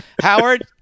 Howard